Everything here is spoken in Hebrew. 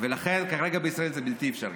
ולכן כרגע בישראל זה בלתי אפשרי.